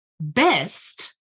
best